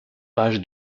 page